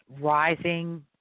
rising